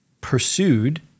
pursued